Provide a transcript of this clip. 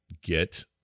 get